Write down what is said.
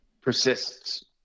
persists